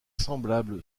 semblable